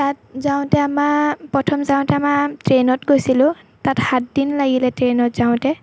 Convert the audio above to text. তাত যাওঁতে আমাৰ প্ৰথম যাওঁতে আমাৰ ট্ৰেইনত গৈছিলোঁ তাত সাতদিন লাগিলে ট্ৰেইনত যাওঁতে